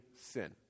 sin